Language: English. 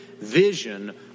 vision